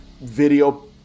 video